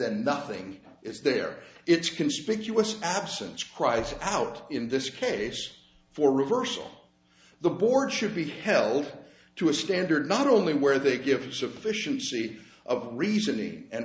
the nothing is there it's conspicuous absence cried out in this case for reversal the board should be held to a standard not only where they give a sufficiency of reasoning and